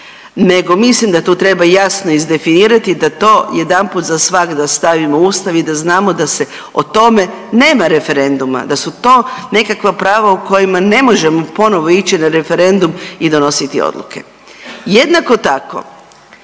nego mislim da tu treba jasno izdefinirati da to jedanput zasvagda stavimo u Ustav i da znamo da se o tome nema referenduma, da su to nekakva prava o kojima ne možemo ponovno ići na referendum i donositi odluke. Jednako tako,